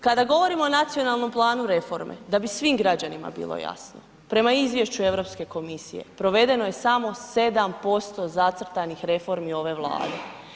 Kada govorimo o Nacionalnom planu reforme da bi svim građanima bilo jasno, prema Izvješću Europske komisije provedeno je samo 7% zacrtanih reformi ove Vlade.